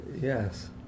yes